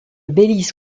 belize